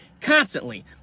constantly